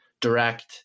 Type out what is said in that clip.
direct